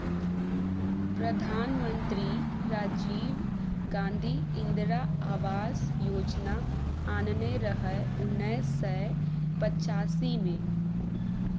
प्रधानमंत्री राजीव गांधी इंदिरा आबास योजना आनने रहय उन्नैस सय पचासी मे